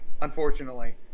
unfortunately